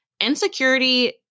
insecurity